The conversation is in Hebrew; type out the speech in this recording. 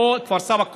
כפר סבא,